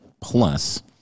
Plus